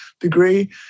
degree